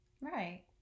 Right